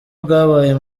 bwabaye